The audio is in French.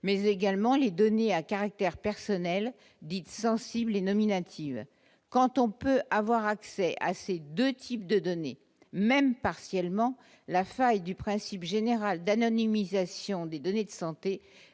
mais également les données à caractère personnel dites sensibles et nominative, quand on peut avoir accès à ces 2 types de données, même partiellement la faille du principe général d'anonymisation des données de santé